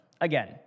Again